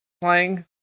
playing